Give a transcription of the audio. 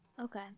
Okay